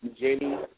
Jenny